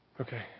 Okay